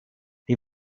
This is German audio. die